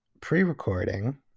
pre-recording